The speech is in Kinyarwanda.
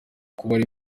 kuba